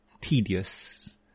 tedious